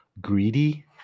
Greedy